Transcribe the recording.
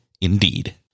indeed